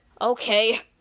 Okay